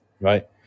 right